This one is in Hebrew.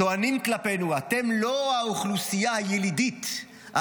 טוענים כלפינו: אתם לא האוכלוסייה הילידית,